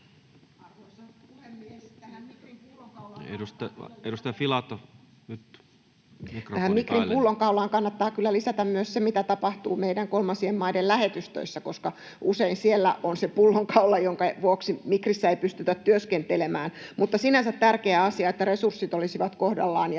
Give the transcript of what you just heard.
Tähän Migrin pullonkaulaan kannattaa kyllä lisätä myös se, mitä tapahtuu meidän kolmansien maiden lähetystöissä, koska usein siellä on se pullonkaula, jonka vuoksi Migrissä ei pystytä työskentelemään. Mutta sinänsä tärkeä asia, että resurssit olisivat kohdallaan ja työlupia